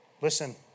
Listen